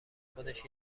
خودش